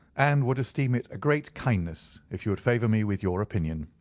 and would esteem it a great kindness if you would favour me with your opinion.